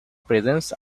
presents